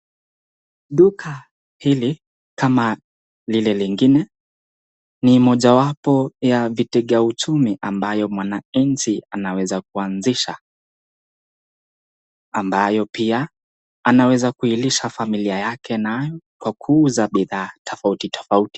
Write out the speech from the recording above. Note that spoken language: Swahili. Duka hili kama lile lingine ni moja wapo ya uchumi ambayo mwananchi anaweza kuanzisha ambayo pia anaweza kuilisha familia yake nayo kwa kuuza bidhaa tofauti tofauti.